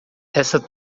essa